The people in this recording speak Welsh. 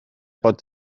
bod